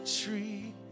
tree